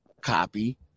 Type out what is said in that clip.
Copy